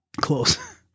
Close